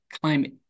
climate